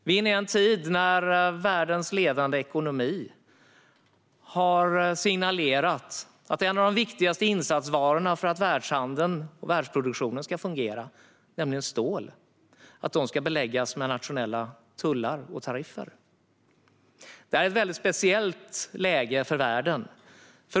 Vi är inne i en tid då världens ledande ekonomi har signalerat att en av de viktigaste insatsvarorna för att världshandeln och världsproduktionen ska fungera, nämligen stål, ska beläggas med nationella tullar och tariffer. Det här är ett väldigt speciellt läge för världen.